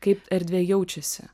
kaip erdvė jaučiasi